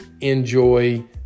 enjoy